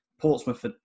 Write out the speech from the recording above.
Portsmouth